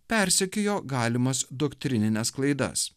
persekiojo galimas doktrinines klaidas